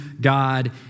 God